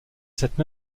cette